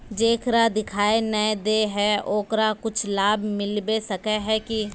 जेकरा दिखाय नय दे है ओकरा कुछ लाभ मिलबे सके है की?